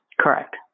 Correct